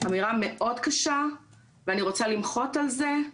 אמירה מאוד קשה ואני רוצה למחות על זה.